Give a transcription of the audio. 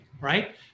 right